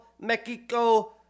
Mexico